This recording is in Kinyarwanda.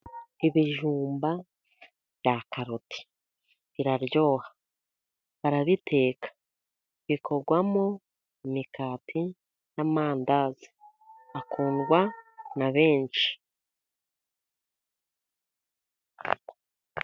Ibijumba byakaroti biraryoha barabiteka bikorwamo imigati n'amandazi akundwa na benshi.